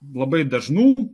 labai dažnų